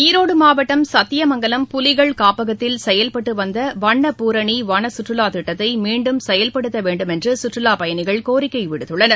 ஈரோடு மாவட்டம் சத்தியமங்கலம் புலிகள் காப்பகத்தில் செயல்பட்டு வந்த வண்ணபூரணி வன சுற்றுலா திட்டத்தை மீன்டும் செயல்படுத்த வேண்டும் என்று சுற்றுலாப் பயணிகள் கோரிக்கை விடுத்துள்ளனர்